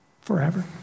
Forever